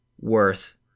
worth